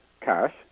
cash